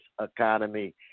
economy